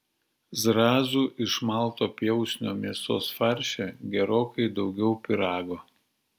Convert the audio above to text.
zrazų iš malto pjausnio mėsos farše gerokai daugiau pyrago